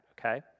okay